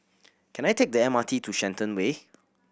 can I take the M R T to Shenton Way